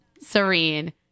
Serene